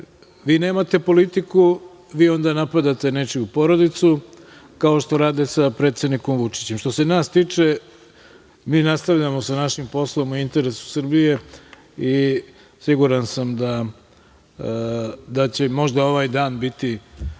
vi nemate politiku vi onda napadate nečiju porodicu, kao što rade sa predsednikom Vučićem. Što se nas tiče, mi nastavljamo sa našim poslom u interesu Srbije i siguran sam da će možda ovaj dan biti